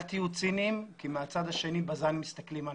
אל תהיו ציניים כי מהצד השני בז"ן מסתכלים עלינו,